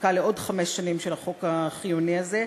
בחקיקה לעוד חמש שנים של החוק החיוני הזה,